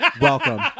welcome